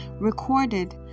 recorded